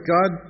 God